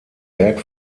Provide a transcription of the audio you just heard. werk